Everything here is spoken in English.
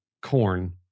corn